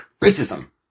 racism